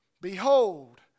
behold